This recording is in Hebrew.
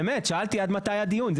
באמת, שאלתי עד מתי הדיון.